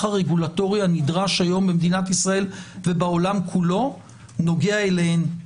הרגולטורי הנדרש היום במדינת ישראל ובעולם כולו נוגע אליהן,